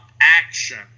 action